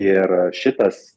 ir šitas